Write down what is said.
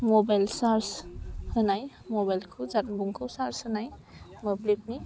mobile charge होनाय मबाइलखौ जानबुंखौ सार्ज होनाय मोब्लिबनि